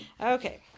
Okay